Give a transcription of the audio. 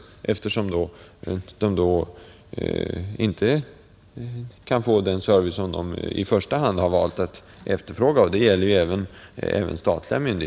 De kan ju inte längre få den service som de i första hand har valt att efterfråga. Det gäller för övrigt även statliga myndig